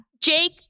Jake